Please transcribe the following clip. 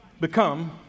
become